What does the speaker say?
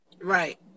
Right